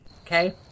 Okay